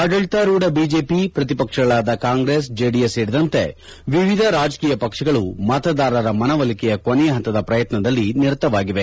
ಆಡಳಿತಾರೂಢ ಬಿಜೆಪಿ ಪ್ರತಿಪಕ್ಷಗಳಾದ ಕಾಂಗ್ರೆಸ್ ಜೆಡಿಎಸ್ ಸೇರಿದಂತೆ ವಿವಿಧ ರಾಜಕೀಯ ಪಕ್ಷಗಳು ಮತದಾರರ ಮನವೊಲಿಕೆಯ ಕೊನೆಯ ಪಂತದ ಶ್ರಯತ್ನದಲ್ಲಿ ನಿರತವಾಗಿವೆ